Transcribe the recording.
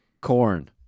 corn